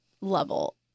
level